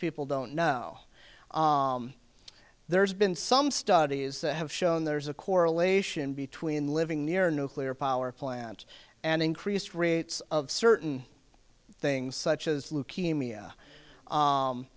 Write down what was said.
people don't know there's been some studies that have shown there's a correlation between living near a nuclear power plant and increased rates of certain things such as leukemia